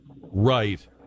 right